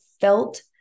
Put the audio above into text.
felt